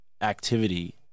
activity